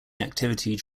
activity